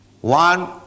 One